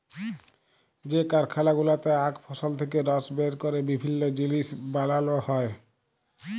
যে কারখালা গুলাতে আখ ফসল থেক্যে রস বের ক্যরে বিভিল্য জিলিস বানাল হ্যয়ে